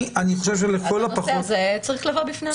אז הנושא הזה היה צריך לבוא בפני הממשלה,